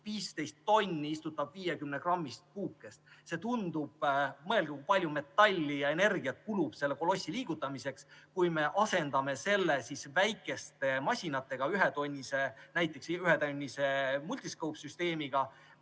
15 tonni istutab 50‑grammist puukest. Mõelge, kui palju metalli ja energiat kulub selle kolossi liigutamiseks! Kui me asendaksime selle väikeste masinatega, näiteks ühetonnisemultiscope-süsteemiga,